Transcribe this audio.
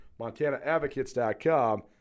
MontanaAdvocates.com